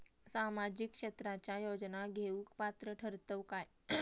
सामाजिक क्षेत्राच्या योजना घेवुक पात्र ठरतव काय?